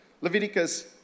Leviticus